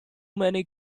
many